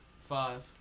five